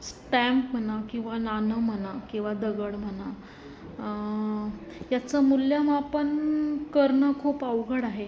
stamp म्हणा किंवा नाणं म्हणा किंवा दगड म्हणा याचं मूल्यमापन करणं खूप अवघड आहे